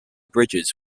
bridges